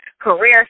career